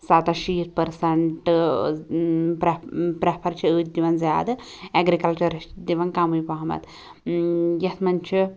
سَتَتھ شیٖتھ پٔرسنٹہٕ ٲں پرٛیٚفر پرٛیٚفر چھِ أڑۍ دوان زیادٕ ایٚگرِکَلچَرَس چھِ دوان کمٕے پہمَتھ یتھ مَنٛز چھِ